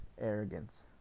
arrogance